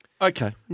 Okay